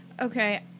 Okay